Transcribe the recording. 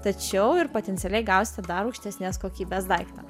tačiau ir potencialiai gausite dar aukštesnės kokybės daiktą